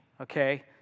okay